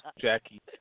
Jackie